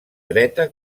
dreta